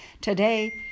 Today